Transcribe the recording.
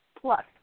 plus